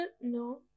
No